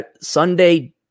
Sunday